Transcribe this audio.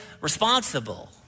responsible